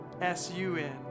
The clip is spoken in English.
S-U-N